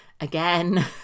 Again